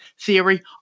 theory